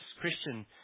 Christian